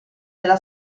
della